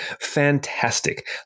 fantastic